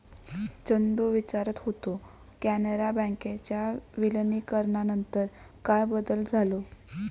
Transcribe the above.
चंदू विचारत होतो, कॅनरा बँकेच्या विलीनीकरणानंतर काय बदल झालो?